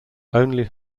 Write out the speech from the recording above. only